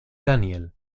daniel